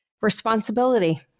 responsibility